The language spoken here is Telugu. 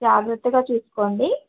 జాగ్రత్తగా చూసుకోండి